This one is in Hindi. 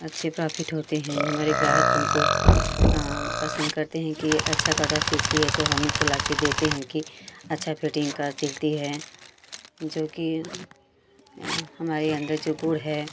अच्छी प्रॉफ़िट होते हैं जे हमारे ग्राहक हमको पसंद करते हैं कि अच्छा कपड़ा सिलती है तो हमही को लाके देते हैं कि अच्छा फिटिंग का सिलती है जो कि हमारे अंदर जो गुण है